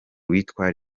witwa